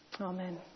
Amen